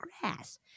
grass